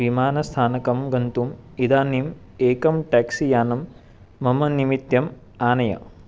विमानस्थानकं गन्तुम् इदानीम् एकं टेक्सी यानं मम निमित्तम् आनय